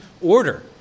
order